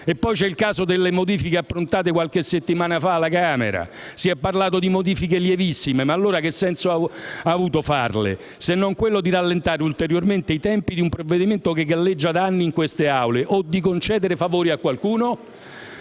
Poi c'è il caso delle modifiche approntate qualche settimana fa alla Camera. Si è parlato di modifiche "lievissime": ma allora che senso ha avuto farle, se non quello di rallentare ulteriormente i tempi di un provvedimento che galleggia da anni in queste Aule o di concedere favori a qualcuno?